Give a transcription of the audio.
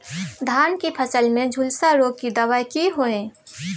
धान की फसल में झुलसा रोग की दबाय की हय?